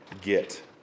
get